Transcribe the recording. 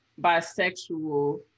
bisexual